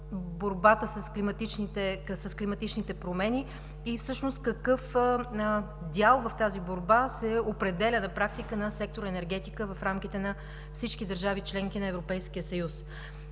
борбата с климатичните промени и всъщност какъв дял в тази борба се определя на практика на сектор „Енергетика“ в рамките на всички държави – членки на Европейския съюз.